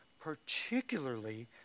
particularly